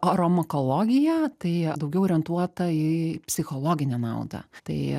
aromakologija tai daugiau orientuota į psichologinę naudą tai